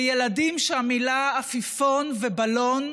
בילדים שהמילים "עפיפון" ו"בלון"